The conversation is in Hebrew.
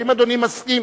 האם אדוני מסכים